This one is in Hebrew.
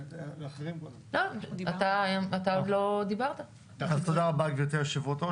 אז תודה רבה, גברתי יושבת הראש.